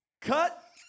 cut